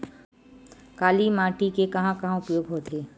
काली माटी के कहां कहा उपयोग होथे?